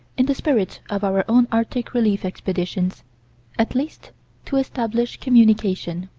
in the spirit of our own arctic relief-expeditions at least to establish communication